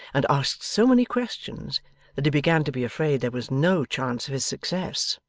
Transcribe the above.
and asked so many questions that he began to be afraid there was no chance of his success.